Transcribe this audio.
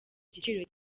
giciro